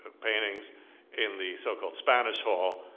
paintings in the so-called spanish hall,